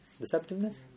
Deceptiveness